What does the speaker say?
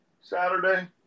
Saturday